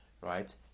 right